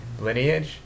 lineage